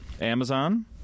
Amazon